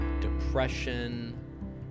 depression